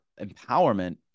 empowerment